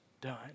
done